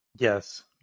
Yes